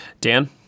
Dan